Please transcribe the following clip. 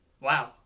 wow